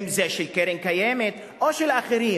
אם של קרן קיימת או של אחרים,